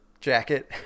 jacket